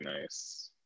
nice